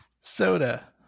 Soda